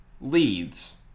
leads